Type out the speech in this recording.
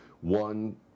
one